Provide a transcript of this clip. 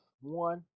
one